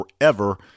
forever